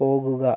പോകുക